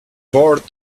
bored